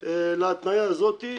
שבנוסף להתניה הזאת,